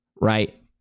right